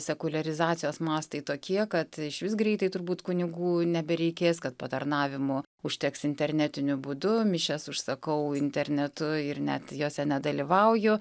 sekuliarizacijos mastai tokie kad išvis greitai turbūt kunigų nebereikės kad patarnavimų užteks internetiniu būdu mišias užsakau internetu ir net jose nedalyvauju